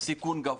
סיכון גבוהה.